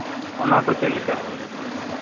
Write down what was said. ᱚᱱᱟ ᱠᱚ ᱪᱮᱫ ᱞᱮᱠᱟ